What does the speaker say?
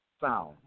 found